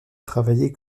travailler